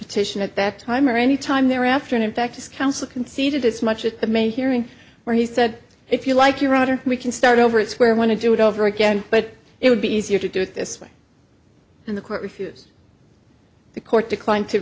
petition at that time or any time thereafter and in fact his counsel conceded as much of the may hearing where he said if you like your router we can start over it's where i want to do it over again but it would be easier to do it this way and the court refuse the court declined to